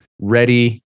ready